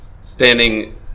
standing